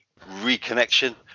reconnection